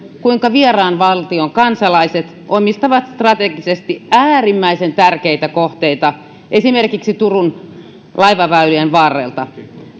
kuinka vieraan valtion kansalaiset omistavat strategisesti äärimmäisen tärkeitä kohteita esimerkiksi turun laivaväylien varrelta